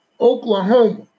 Oklahoma